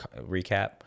Recap